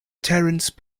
terence